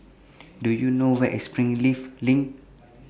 Do YOU know Where IS Springleaf LINK